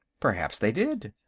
perhaps they did.